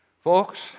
Folks